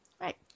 Right